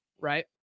right